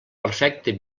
perfecte